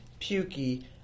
pukey